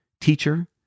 teacher